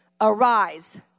Arise